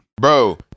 bro